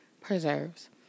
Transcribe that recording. preserves